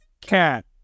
cat